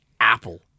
apple